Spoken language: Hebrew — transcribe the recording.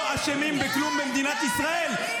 איך רק אתם לא אשמים בכלום במדינת ישראל?